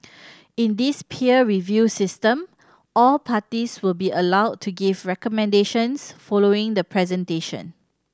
in this peer review system all parties will be allowed to give recommendations following the presentation